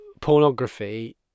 pornography